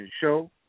Show